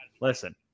listen